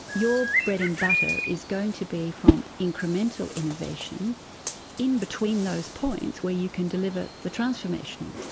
your bread and butter is going to be from incremental innovation in between those points where you can deliver the transformational.